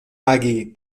agi